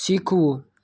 શીખવું